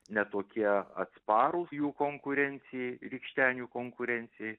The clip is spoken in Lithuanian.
ne tokie atsparūs jų konkurencijai rykštenių konkurencijai